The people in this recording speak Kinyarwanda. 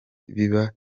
biba